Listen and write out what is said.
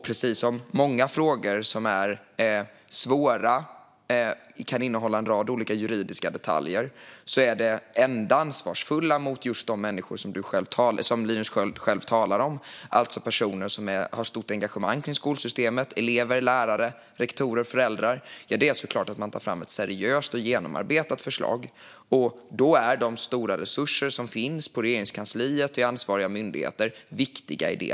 Precis som i många frågor som är svåra och kan innehålla en rad olika juridiska detaljer är det enda ansvarsfulla mot just de människor som Linus Sköld talar om - alltså människor med stort engagemang i skolsystemet, elever, lärare, rektorer och föräldrar - att man tar fram ett seriöst och genomarbetat förslag. I detta arbete är de stora resurser som finns på Regeringskansliet och i ansvariga myndigheter viktiga.